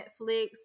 netflix